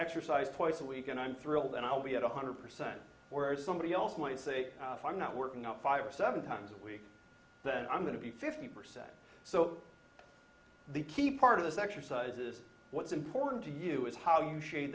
exercise twice a week and i'm thrilled and i'll be at a hundred percent whereas somebody else might say if i'm not working out five or seven times a week then i'm going to be fifty percent so the key part of this exercise is what's important to you is how you sha